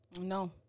No